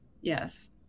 Yes